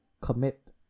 commit